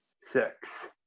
six